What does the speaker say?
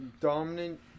Dominant